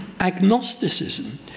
agnosticism